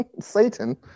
Satan